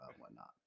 whatnot